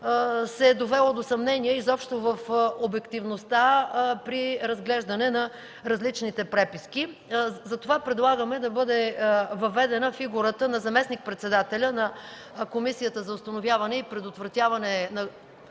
се е достигнало до съмнение изобщо в обективността при разглеждане на различните преписки. Затова предлагаме да бъде въведена фигурата на заместник-председателя на Комисията за предотвратяване и